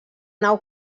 nau